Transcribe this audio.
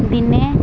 ଦିନେ